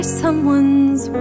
someone's